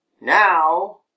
Now